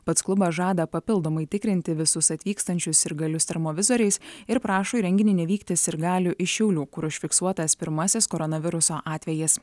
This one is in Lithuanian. pats klubas žada papildomai tikrinti visus atvykstančius sirgalius termovizoriais ir prašo į renginį nevykti sirgalių iš šiaulių kur užfiksuotas pirmasis koronaviruso atvejis